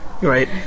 Right